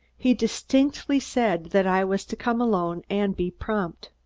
he distinctly said that i was to come alone and be prompt.